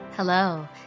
Hello